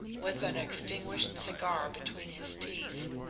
with an extinguished cigar between his teeth,